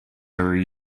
very